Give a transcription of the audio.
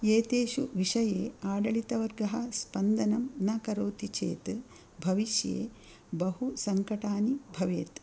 एतेषु विषये आढळितवर्गः स्पन्दनं न करोति चेत् भविष्ये बहु सङ्कटानि भवेत्